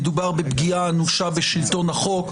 מדובר בפגיעה אנושה בשלטון החוק.